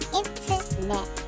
internet